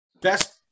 best